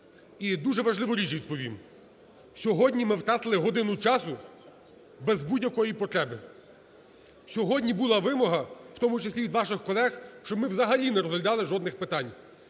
і дуже важливу річ відповім. Сьогодні ми втратили годину часу без будь-якої потреби. Сьогодні була вимога, в тому числі від ваших колег, щоб ми взагалі не розглядали жодних питань.